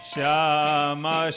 Shama